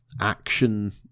action